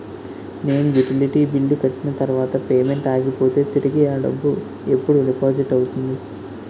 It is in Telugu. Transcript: నేను యుటిలిటీ బిల్లు కట్టిన తర్వాత పేమెంట్ ఆగిపోతే తిరిగి అ డబ్బు ఎప్పుడు డిపాజిట్ అవుతుంది?